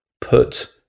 put